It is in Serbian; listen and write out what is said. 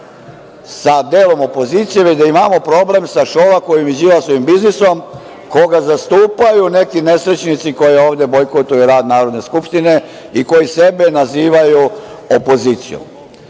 sa delom opozicije već da imamo problem sa Šolakovim i Đilasovim biznisom, koga zastupaju neki nesrećnici koji ovde bojkotuju rad Narodne Skupštine i koji sebe nazivaju opozicijom. Ne